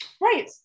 Right